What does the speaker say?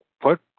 put